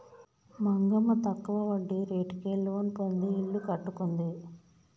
మంగమ్మ తక్కువ వడ్డీ రేటుకే లోను పొంది ఇల్లు కట్టుకుంది